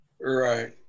Right